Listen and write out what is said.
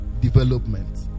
development